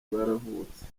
baravutse